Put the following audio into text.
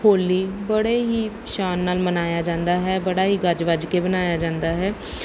ਹੋਲੀ ਬੜੇ ਹੀ ਸ਼ਾਨ ਨਾਲ ਮਨਾਇਆ ਜਾਂਦਾ ਹੈ ਬੜਾ ਹੀ ਗੱਜ ਵੱਜ ਕੇ ਮਨਾਇਆ ਜਾਂਦਾ ਹੈ